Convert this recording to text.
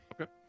Okay